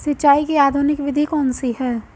सिंचाई की आधुनिक विधि कौन सी है?